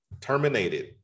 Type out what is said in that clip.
terminated